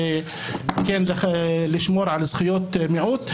זה כן לשמור על זכויות מיעוט.